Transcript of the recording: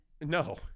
No